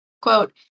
Quote